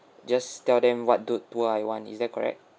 just tell them what do do I want is that correct